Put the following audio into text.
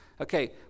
okay